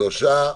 נגד שלושה,